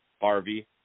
Harvey